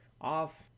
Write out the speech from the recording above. off